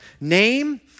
name